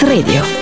Radio